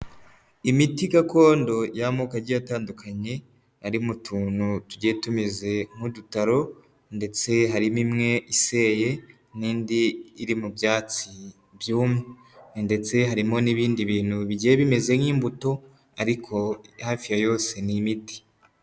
Imiti gakondo y'amoko agiye atandukanye, ari mu tuntu tugiye tumeze nk'udutaro, ndetse harimo imwe iseye n'indi iri mu byatsi byumye, ndetse harimo n'ibindi bintu bigiye bimeze nk'imbuto ariko hafi ya yose ni imiti.